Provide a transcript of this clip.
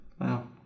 Wow